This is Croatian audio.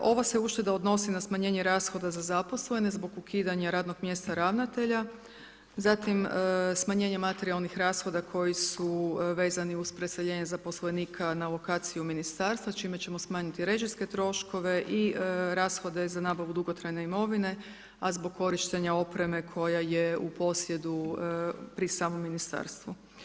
Ova se ušteda odnosi na smanjenje rashoda za zaposlene zbog ukidanja radnog mjesta ravnatelja, zatim smanjenje materijalnih rashoda koji su vezani uz preseljenje zaposlenika na lokaciji u Ministarstva, čime ćemo smanjiti režijske troškove i rashode za nabavu dugotrajne imovine, a zbog korištenja opreme koja je u posjedu pri samom Ministarstvu.